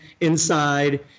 inside